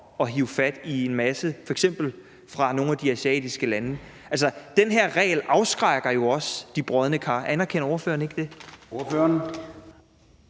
at hive fat i en masse fra f.eks. nogle af de asiatiske lande? Altså, den her regel afskrækker jo også de brodne kar. Anerkender ordføreren ikke det? Kl.